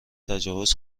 تجاوز